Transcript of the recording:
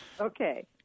Okay